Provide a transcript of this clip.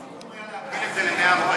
הסיכום היה להגדיל את זה ל-140.